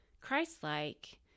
Christ-like